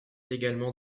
également